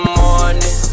morning